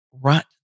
rut